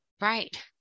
Right